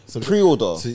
pre-order